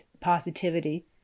positivity